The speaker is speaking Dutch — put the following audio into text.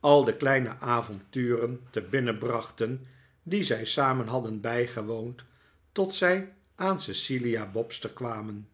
al de kleine avonturen te binnen brachten die zij samen hadden bijgewoond tot zij aan cecilia bobster kwamen